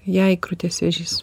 jai krūties vėžys